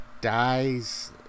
dies